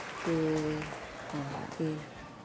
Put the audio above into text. ते हां एह् न